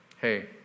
Hey